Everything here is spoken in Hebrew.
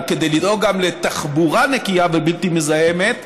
כדי לדאוג גם לתחבורה נקייה ובלתי מזהמת,